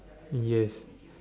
yes